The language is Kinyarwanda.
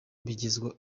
bigezweho